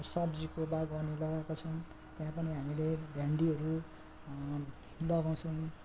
सब्जीको बगान पनि लगाएको छौँ त्यहाँ पनि हामीले भिन्डीहरू लगाउँछौँ